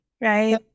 right